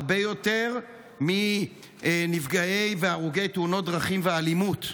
הרבה יותר מנפגעי והרוגי תאונות דרכים ואלימות.